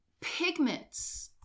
pigments